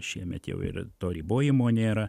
šiemet jau ir to ribojimo nėra